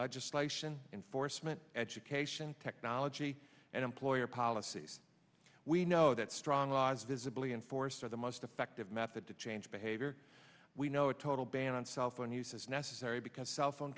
legislation enforcement education technology and employer policies we know that strong was visibly in force are the most effective method to change behavior we know a total ban on cell phone use is necessary because cell phone